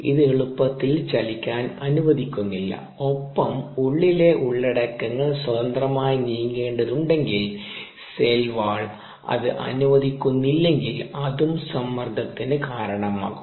ഇത് എളുപ്പത്തിൽ ചലിക്കാൻ അനുവദിക്കുന്നില്ല ഒപ്പം ഉള്ളിലെ ഉള്ളടക്കങ്ങൾ സ്വതന്ത്രമായി നീങ്ങേണ്ടതുണ്ടെങ്കിൽ സെൽവാൾ അത് അനുവദിക്കുന്നില്ലെങ്കിൽ അതും സമ്മർദ്ദത്തിന് കാരണമാകും